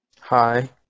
hi